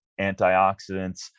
antioxidants